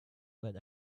but